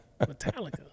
metallica